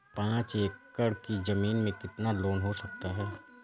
पाँच एकड़ की ज़मीन में कितना लोन हो सकता है?